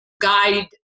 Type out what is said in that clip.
guide